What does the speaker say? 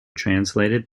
translated